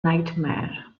nightmare